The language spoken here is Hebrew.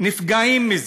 נפגעת מזה.